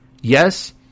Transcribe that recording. Yes